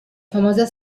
famosa